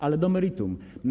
Ale do meritum.